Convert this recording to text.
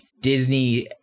Disney